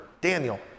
Daniel